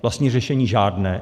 Vlastní řešení žádné!